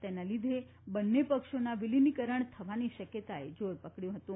તેના લીધે બંને પક્ષોને વિલીનીકરણ થવાની શકયતાએ જોર પકડયું